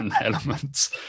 elements